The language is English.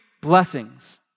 blessings